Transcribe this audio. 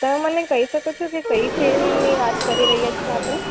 તમે મને કહી શકો છો કે કઈ ફિલ્મની વાત કરી રહ્યાં છીએ આપણે